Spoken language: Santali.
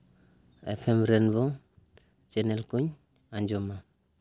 ᱮᱯᱷᱮᱢ ᱨᱮᱱ ᱪᱮᱱᱮᱞ ᱠᱚᱧ ᱟᱸᱡᱚᱢᱟ